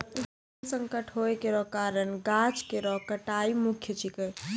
जल संकट होय केरो कारण गाछ केरो कटाई मुख्य छिकै